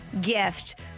gift